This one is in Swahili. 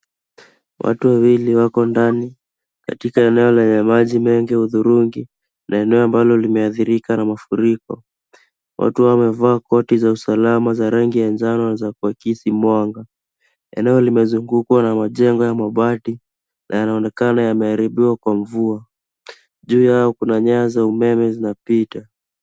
Watu wawili wako ndani katika eneo lenye maji mengi ya hudhurungi na eneo ambalo limeathirika na mafuriko. Watu wamevaa koti za usalama za rangi ya njano za kuakisi mwanga. Eneo limezungukwa na majengo ya mabati na yanaonekana yameharibiwa kwa mvua. Juu yao kuna nyanza umeme zinapita.